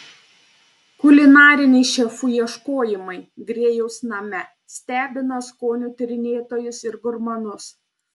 kulinariniai šefų ieškojimai grėjaus name stebina skonių tyrinėtojus ir gurmanus